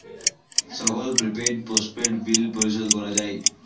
সকল prepaid, postpaid bill পরিশোধ করা যায়